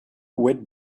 wet